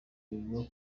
bivugwa